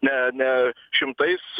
ne ne šimtais